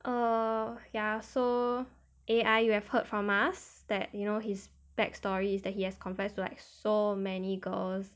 err ya so A_I you have heard from us that you know his back story is that he has confessed to like so many girls